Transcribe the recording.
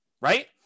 Right